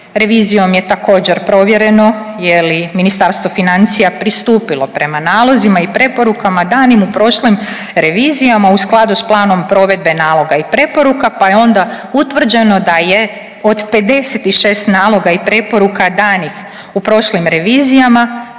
Revizijom je također provjereno je li Ministarstvo financija pristupilo prema nalozima i preporukama danim u prošlim revizijama u skladu s planom provedbe naloga i preporuka, pa je onda utvrđeno da je od 56 naloga i preporuka danih u prošlim revizijama